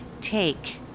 take